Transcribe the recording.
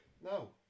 No